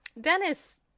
Dennis